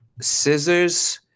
Scissor's